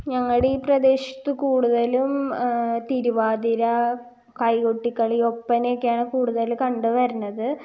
ഞങ്ങളുടെ ഈ പ്രദേശത്ത് കൂടുതലും തിരുവാതിര കൈകൊട്ടി കളി ഒപ്പന ഒക്കെയാണ് കൂടുതൽ കണ്ടു വരുന്നത്